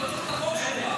לא צריך את החוק שלך,